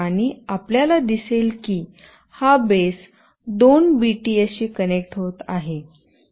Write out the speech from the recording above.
आणि आपल्याला दिसेल की हा बेस दोन बीटीएस शी कनेक्ट होत आहे